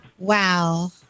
Wow